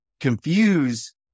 confuse